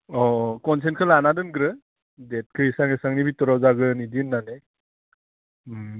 अह कनसेन्टखौ लाना दोनग्रो देटखौ बेसेबां बेसेबांनि बिथोराव जागोन बिदि होन्नानै ओम